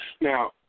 Now